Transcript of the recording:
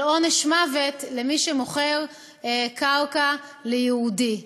של עונש מוות למי שמוכר קרקע ליהודי,